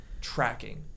tracking